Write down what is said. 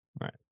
Right